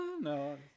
no